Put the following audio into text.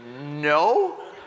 no